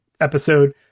episode